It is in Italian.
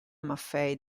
maffei